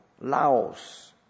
Laos